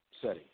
setting